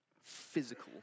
physical